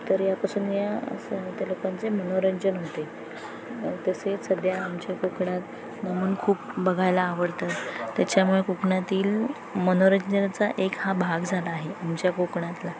तर यापासून या स त्या लोकांचे मनोरंजन होते तसेच सध्या आमच्या कोकणात नमन खूप बघायला आवडतं त्याच्यामुळे कोकणातील मनोरंजनाचा एक हा भाग झाला आहे आमच्या कोकणातला